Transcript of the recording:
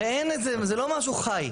הרי זה לא משהו חי.